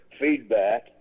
feedback